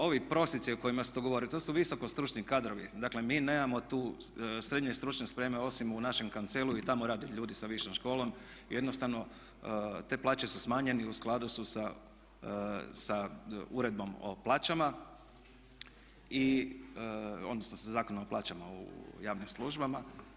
Ovi prosjeci o kojima se to govori, to su visoko stručni kadrovi, dakle mi nemamo tu srednje stručne spreme osim u našem … i tamo rade ljudi sa višom školom, jednostavno te plaće su smanjenje i u skladu su sa uredbom o plaćama, odnosno sa Zakonom o plaćama u javnim službama.